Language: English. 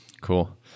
cool